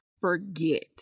forget